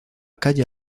calle